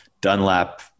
Dunlap